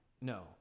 No